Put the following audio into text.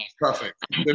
Perfect